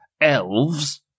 elves